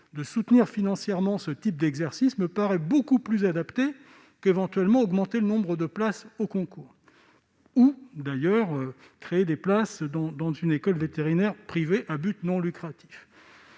de soutenir financièrement ce type d'exercice me paraît beaucoup plus adaptée qu'une éventuelle augmentation du nombre de places au concours- ou d'ailleurs que la création de places dans une école vétérinaire privée à but non lucratif.